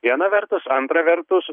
viena vertus antra vertus